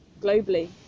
globally